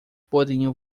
poderiam